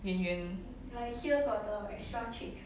圆圆